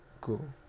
Go